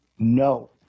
No